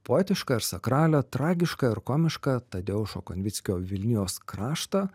poetišką ir sakralią tragišką ir komiškątadeušo konvickio vilnijos kraštą